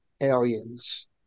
aliens